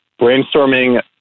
brainstorming